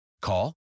Call